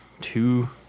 Two